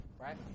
right